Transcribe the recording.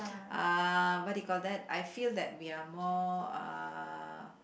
ah what did we called that I feel that we are more uh